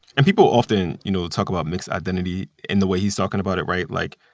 and people often, you know, talk about mixed identity in the way he's talking about it right? like,